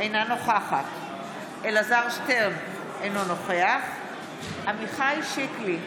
אינה נוכחת אלעזר שטרן, אינו נוכח עמיחי שיקלי,